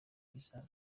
izaza